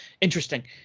interesting